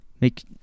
make